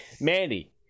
Mandy